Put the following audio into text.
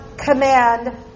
Command